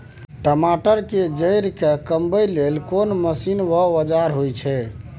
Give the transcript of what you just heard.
टमाटर के जईर के कमबै के लेल कोन मसीन व औजार होय छै?